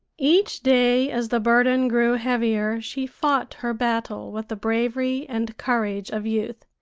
each day as the burden grew heavier she fought her battle with the bravery and courage of youth.